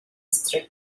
strict